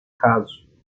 caso